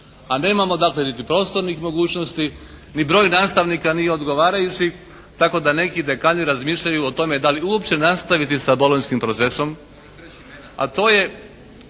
a nemamo dakle niti prostornih mogućnosti ni broj nastavnika ni odgovarajući. Tako da neki dekani razmišljaju o tome da li uopće nastaviti sa bolonjskim procesom,